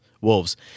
Wolves